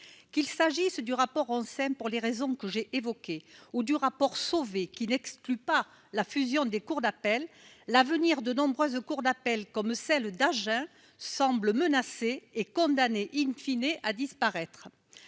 qu'il s'agisse du rapport on pour les raisons que j'ai évoqué ou du rapport Sauvé, qui n'exclut pas la fusion des cours d'appel, l'avenir de nombreux au cours d'appel comme celle d'Agen semble menacée et condamné in fine et à disparaître,